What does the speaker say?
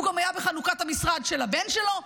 הוא גם היה בחנוכת המשרד של הבן שלו.